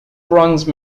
bronze